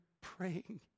praying